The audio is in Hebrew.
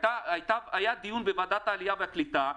היה דיון בוועדת העלייה והקליטה,